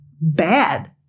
bad